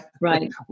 Right